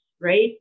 right